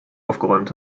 aufgeräumt